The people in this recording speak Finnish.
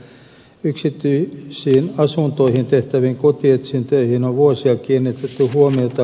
hän sanoo että yksityisiin asuntoihin tehtäviin kotietsintöihin on vuosia kiinnitetty huomiota